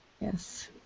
Yes